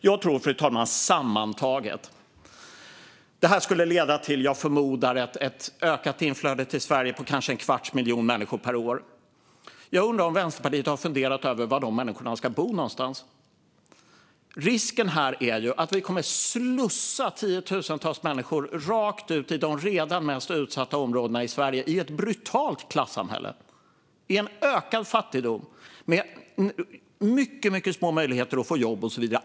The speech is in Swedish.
Jag tror, fru talman, att detta sammantaget skulle leda till ett ökat inflöde till Sverige på kanske en kvarts miljon människor per år. Jag undrar om Vänsterpartiet har funderat över var dessa människor ska bo. Risken är att vi slussar tiotusentals människor rakt ut i de redan mest utsatta områdena i Sverige, i ett brutalt klassamhälle och en ökad fattigdom och med mycket små möjligheter att få jobb.